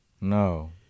No